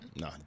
No